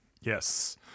Yes